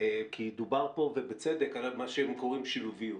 כי דובר פה ובצדק על מה שהם קוראים שילוביות.